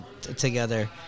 together